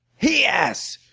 he asked.